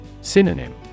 Synonym